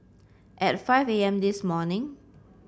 at five A M this morning